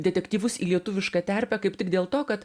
detektyvus į lietuvišką terpę kaip tik dėl to kad